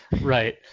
Right